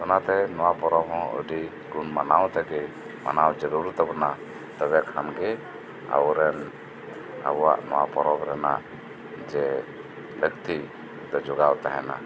ᱚᱱᱟᱛᱮ ᱱᱚᱣᱟ ᱯᱚᱨᱚᱵᱽ ᱦᱚᱸ ᱟᱹᱰᱤ ᱜᱩᱱ ᱢᱟᱱᱟᱣ ᱛᱮᱜᱤ ᱢᱟᱱᱟᱣ ᱡᱟᱹᱨᱩᱲ ᱛᱟᱵᱩᱱᱟ ᱛᱚᱵᱮ ᱠᱷᱟᱱ ᱜᱤ ᱟᱵᱩᱨᱮᱱ ᱟᱵᱩᱣᱟᱜ ᱱᱚᱣᱟ ᱯᱚᱨᱚᱵᱽ ᱨᱮᱱᱟᱜ ᱡᱮ ᱞᱟᱹᱠᱛᱤ ᱫᱚ ᱡᱚᱜᱟᱣ ᱛᱟᱦᱮᱱᱟ